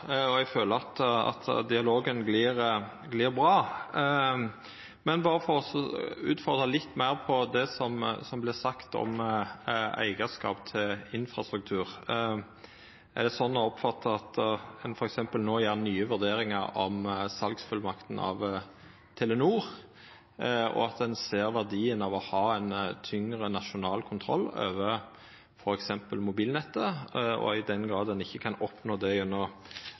utfordra litt meir på det som vart sagt om eigarskap til infrastruktur: Er det slik å oppfatta at ein no gjer nye vurderingar av f.eks. salsfullmakta for Telenor, og at ein ser verdien av å ha ein tyngre nasjonal kontroll over f.eks. mobilnettet, og i den grad ein ikkje kan oppnå det gjennom